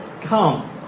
come